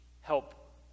help